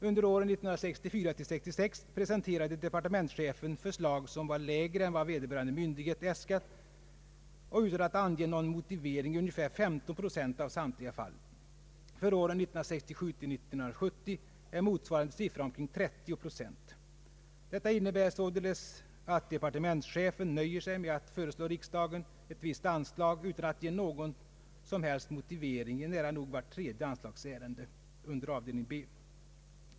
Under åren 1964-1966 presenterade departementschefen förslag som var lägre än vad vederbörande myndighet äskat och utan att ange någon motivering i ungefär 15 procent av samtliga fall. För åren 1967 —1970 är motsvarande siffra omkring 30 procent. Detta innebär således att departementschefen nöjer sig med att föreslå riksdagen ett visst anslag utan att ange någon som helst motivering i nära nog vart tredje anslagsärende under avdelning B.